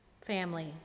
family